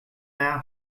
now